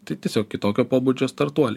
tai tiesiog kitokio pobūdžio startuoliai